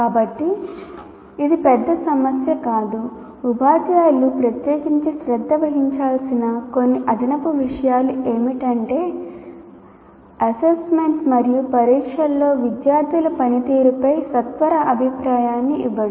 కాబట్టి ఇది పెద్ద సమస్య కాదు ఉపాధ్యాయులు ప్రత్యేకించి శ్రద్ధ వహించాల్సిన కొన్ని అదనపు విషయాలు ఏమిటంటే అసైన్మెంట్లు మరియు పరీక్షలలో విద్యార్థుల పనితీరుపై సత్వర అభిప్రాయాన్ని ఇవ్వడం